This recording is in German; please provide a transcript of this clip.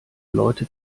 leute